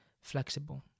flexible